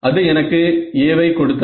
அது எனக்கு A வை கொடுத்தது